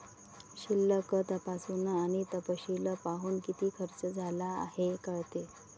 शिल्लक तपासून आणि तपशील पाहून, किती खर्च झाला हे कळते